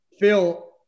Phil